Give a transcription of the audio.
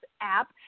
app